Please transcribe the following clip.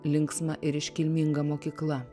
linksma ir iškilminga mokykla